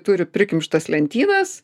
turi prikimštas lentynas